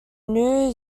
new